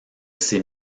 ces